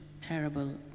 terrible